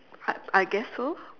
I I guess so